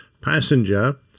passenger